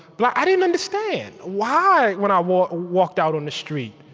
black i didn't understand why, when i walked walked out on the street,